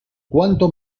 cuánto